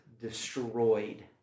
destroyed